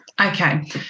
Okay